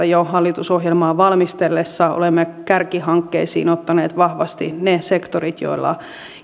jo hallitusohjelmaa valmistellessa ja olemme kärkihankkeisiin ottaneet vahvasti ne sektorit joilla